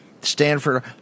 Stanford